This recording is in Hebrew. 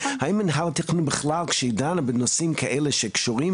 האם מנהל התכנון בכלל כשהוא דן בנושאים כאלה שקשורים